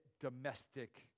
domestic